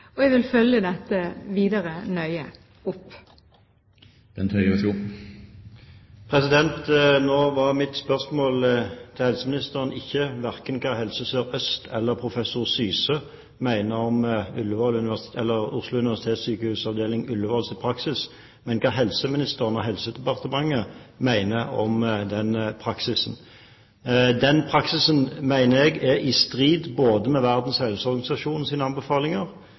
og jeg vil følge dette nøye opp. Nå var ikke mitt spørsmål til helseministeren om hva Helse Sør-Øst eller professor Syse mener om praksisen til Oslo universitetssykehus, avdeling Ullevål, men hva helseministeren og Helse- og omsorgsdepartementet mener om den praksisen. Jeg mener at den er i strid både med Verdens helseorganisasjons anbefalinger